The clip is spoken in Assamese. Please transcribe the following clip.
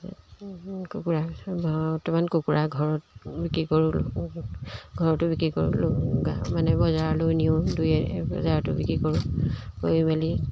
কুকুৰা বৰ্তমান কুকুৰা ঘৰত বিক্ৰী কৰোঁ ঘৰতো বিক্ৰী কৰোঁ মানে বজাৰলৈও নিওঁ দুই বজাৰতো বিক্ৰী কৰোঁ কৰি মেলি